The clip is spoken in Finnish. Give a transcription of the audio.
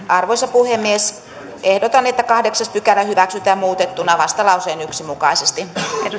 arvoisa puhemies ehdotan että kahdeksas pykälä hyväksytään muutettuna vastalauseen yksi mukaisesti